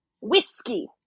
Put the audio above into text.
Whiskey